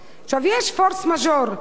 עכשיו, יש force major.